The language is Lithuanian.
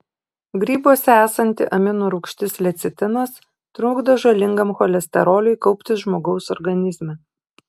grybuose esanti amino rūgštis lecitinas trukdo žalingam cholesteroliui kauptis žmogaus organizme